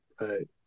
right